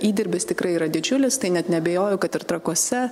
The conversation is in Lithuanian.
įdirbis tikrai yra didžiulis tai net neabejoju kad ir trakuose